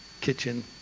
kitchen